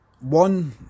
one